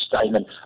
statement